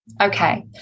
Okay